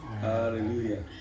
Hallelujah